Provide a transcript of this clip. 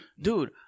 Dude